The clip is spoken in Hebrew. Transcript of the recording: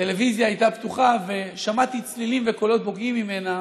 הטלוויזיה הייתה פתוחה ושמעתי צלילים וקולות בוקעים ממנה,